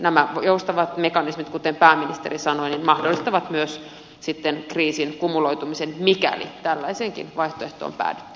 nämä joustavat mekanismit kuten pääministeri sanoi mahdollistavat myös sitten kriisin kumuloitumisen mikäli tällaiseenkin vaihtoehtoon päädyttäisiin